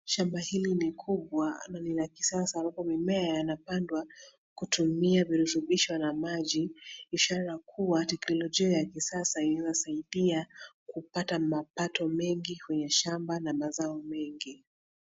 Shamba hili ni kubwa na nilakisasa mabayo mimea inapandwa kutumia virutubisho na maji ishara kuwa teknolojia ya kisasa iliwasaidia kupata mapato mengi kwenye shamba na mazao mengi.